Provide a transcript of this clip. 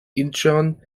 incheon